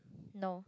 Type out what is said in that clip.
no